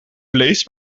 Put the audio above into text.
vlees